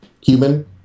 human